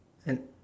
and